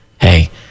Hey